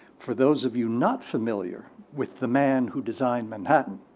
for those of you not familiar with the man who designed manhattan,